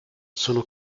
sono